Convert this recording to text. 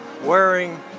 wearing